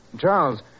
Charles